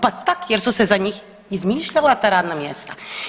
Pa tak jer su se za njih izmišljala ta radna mjesta.